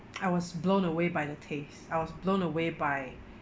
I was blown away by the taste I was blown away by